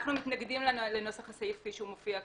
אנחנו מתנגדים לנוסח הסעיף כפי שהוא מופיע כאן.